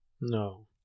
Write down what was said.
no